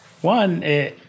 one